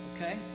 Okay